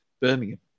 Birmingham